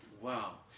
Wow